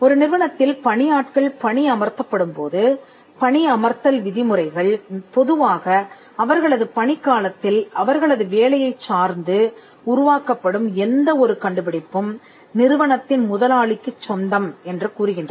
ஒரு நிறுவனத்தில் பணியாட்கள் பணி அமர்த்தப்படும் போது பணியமர்த்தல் விதிமுறைகள் பொதுவாக அவர்களது பணிக்காலத்தில் அவர்களது வேலையைச் சார்ந்து உருவாக்கப்படும் எந்த ஒரு கண்டுபிடிப்பும் நிறுவனத்தின் முதலாளிக்குச் சொந்தம் என்று கூறுகின்றன